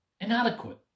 inadequate